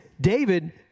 David